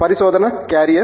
పరిశోధన క్యారియర్